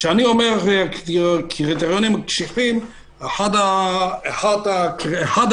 כשאני אומר "קריטריונים קשוחים" אחד הקריטריונים